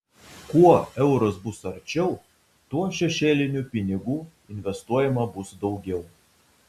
kuo euras bus arčiau tuo šešėlinių pinigų investuojama bus daugiau